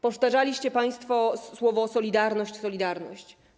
Powtarzaliście państwo słowo „solidarność”, „solidarność”